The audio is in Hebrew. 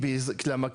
למה?